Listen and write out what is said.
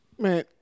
man